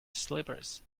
slippers